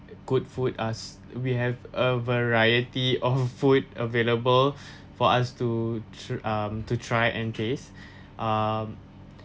good food us we have a variety of food available for us to tr~ um to try and taste um